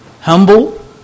humble